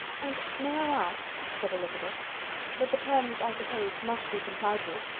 and may i ask said elizabeth but the terms, i suppose, must be complied with.